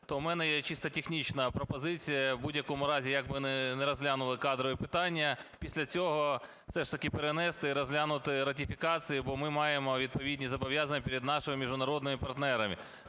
То у мене є чисто технічна пропозиція: у будь-якому разі, як би не розглянули кадрові питання, після цього все ж таки перенести і розглянути ратифікації, бо ми маємо відповідні зобов'язання перед нашими міжнародними партнерами.